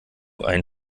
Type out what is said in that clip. ein